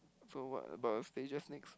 so what about the stages next